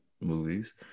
movies